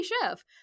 chef